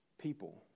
people